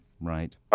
Right